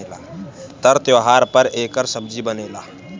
तर त्योव्हार पर एकर सब्जी बनेला